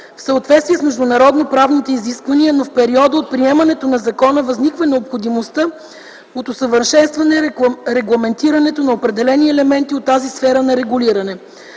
в съответствие с международноправните изисквания, но в периода от приемането на закона възниква необходимостта от усъвършенстване регламентирането на определени елементи от тази сфера на регулиране.